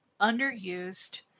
underused